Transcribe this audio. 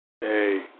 Hey